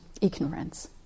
ignorance